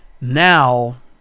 Now